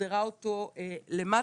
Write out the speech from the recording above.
ודרדרה אותו למטה,